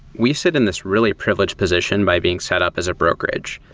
we sit in this really privileged position by being set up as a brokerage.